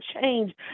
change